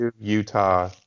Utah